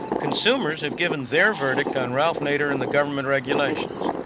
consumers have given their verdict on ralph nader and the government regulations.